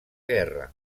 guerra